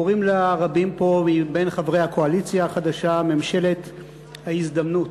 קוראים לה רבים פה בין חברי הקואליציה החדשה "ממשלת ההזדמנות".